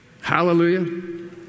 Hallelujah